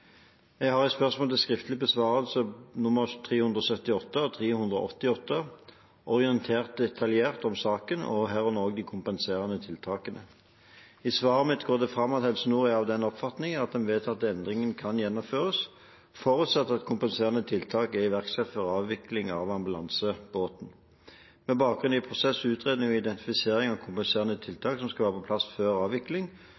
Jeg har i spørsmål til skriftlig besvarelse nr. 378 og nr. 388 for 2018–2019 orientert detaljert om saken og herunder også om de kompenserende tiltakene. I svaret mitt går det fram at Helse Nord er av den oppfatning at den vedtatte endringen kan gjennomføres, forutsatt at kompenserende tiltak er iverksatt før avvikling av ambulansebåten. Med bakgrunn i prosess, utredning og identifisering av kompenserende